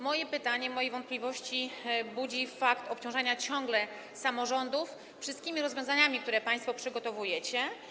Moje wątpliwości budzi fakt obciążania ciągle samorządów wszystkimi rozwiązaniami, które państwo przygotowujecie.